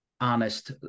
honest